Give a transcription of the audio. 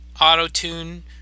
auto-tune